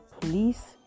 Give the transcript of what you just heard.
police